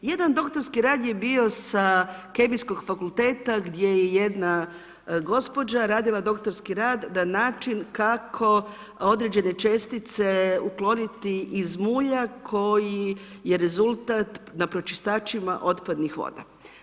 Jedan doktorski rad je bio sa Kemijskog fakulteta gdje je jedna gospođa radila doktorski rad na način kako određene čestice ukloniti iz mulja koji je rezultat na pročistačima otpadnih voda.